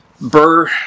Burr